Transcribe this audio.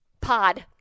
Pod